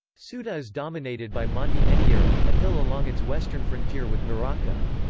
ceuta is dominated by monte anyera, a hill along its western frontier with morocco.